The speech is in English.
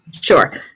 Sure